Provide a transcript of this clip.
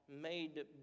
made